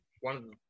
one –